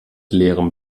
leerem